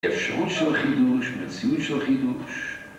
אפשרות של החידוש, מציאות של החידוש